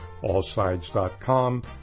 allsides.com